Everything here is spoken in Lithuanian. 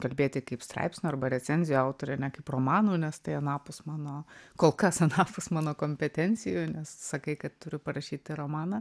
kalbėti kaip straipsnių arba recenzijų autoriai romanų nes tai anapus mano kol kas anapus mano kompetencijoj nes sakai kad turiu parašyti romaną